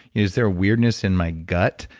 is there a weirdness in my gut?